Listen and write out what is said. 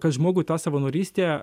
kad žmogui ta savanorystė